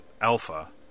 Alpha